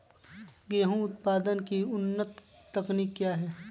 गेंहू उत्पादन की उन्नत तकनीक क्या है?